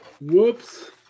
Whoops